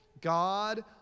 God